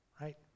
right